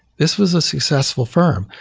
this was a successful firm,